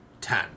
ten